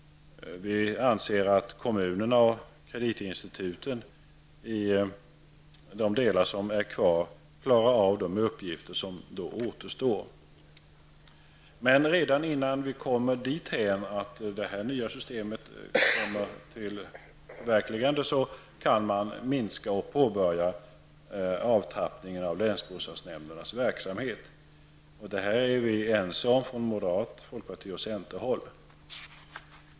Vi anser att kommunerna och kreditinstituten, i de delar som är kvar, klarar av de uppgifter som så då återstår. Redan innan vi kommer dithän att det nya systemet kommer till förverkligande, kan man påbörja avtrappningen av länsbostadsnämndernas verksamhet. Det här är vi ense om från moderat-, folkparti och centerhåll.